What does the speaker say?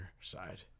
side